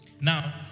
Now